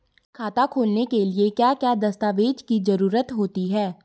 खाता खोलने के लिए क्या क्या दस्तावेज़ की जरूरत है?